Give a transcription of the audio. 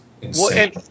insane